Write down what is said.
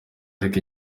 ariko